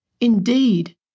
Indeed